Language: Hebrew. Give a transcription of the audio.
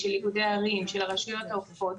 שלנו, של איגודי הערים, של הרשויות האוכפות,